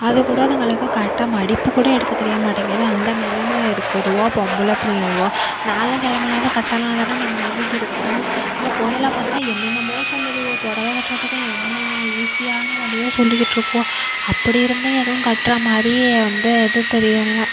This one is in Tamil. அது கூட அதுங்களுக்கு கட்ட மடிப்பு கூட எடுக்க தெரிய மாட்டேங்கிது அந்த நிலமைல இருக்குதுவோ பொம்பள பிள்ளைவோ நாளுங்ககிழமனாது கட்டலனா நம்ம எதுக்கு இருக்கோம் இந்த பொண்ணுலாம் பார்த்தா என்னென்னமோ சொல்லுதுவோ புடவ கட்டுறதுக்கு எம்மா ஈசியான வழியோ சொல்லிக்கிட்டிருக்குவோ அப்படி இருந்தும் எதுவும் கட்டுற மாதிரி வந்து எதுவும் தெரியலை